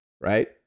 Right